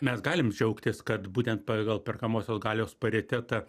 mes galim džiaugtis kad būtent pagal perkamosios galios paritetą